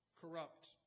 corrupt